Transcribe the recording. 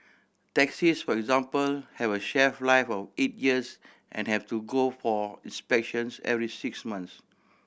taxis for example have a shelf life of eight years and have to go for inspections every six months